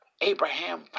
Abraham